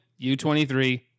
U23